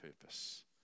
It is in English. purpose